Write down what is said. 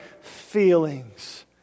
feelings